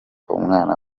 umwana